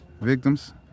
victims